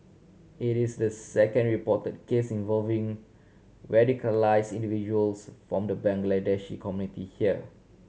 it is the second report case involving radicalise individuals from the Bangladeshi E community here